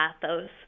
pathos